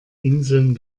inseln